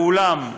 ואולם,